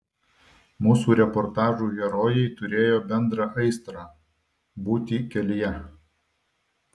mūsų reportažų herojai turėjo bendrą aistrą būti kelyje